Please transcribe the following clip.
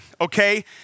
Okay